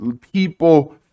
people